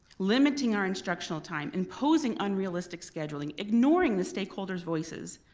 limiting our instructional time, imposing unrealistic scheduling, ignoring the stakeholders' voices,